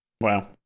wow